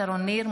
שרון ניר,